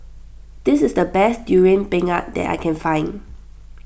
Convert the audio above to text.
this is the best Durian Pengat that I can find